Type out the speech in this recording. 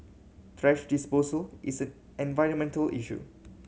thrash disposal is a environmental issue